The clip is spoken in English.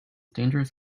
dangerous